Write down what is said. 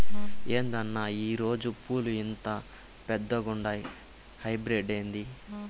ఏందన్నా ఈ రోజా పూలు ఇంత పెద్దగుండాయి హైబ్రిడ్ ఏంది